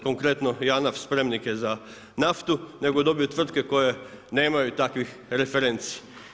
Konkretno JANAF spremnike za naftu, nego dobiju tvrtke koje nemaju takvih referenci.